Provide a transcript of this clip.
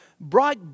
brought